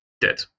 dead